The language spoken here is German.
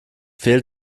fehlt